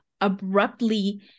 abruptly